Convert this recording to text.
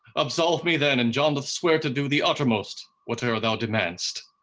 absolve me then, and john doth swear to do the uttermost whatever thou demand'st.